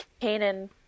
Kanan